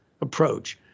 approach